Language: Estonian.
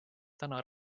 täna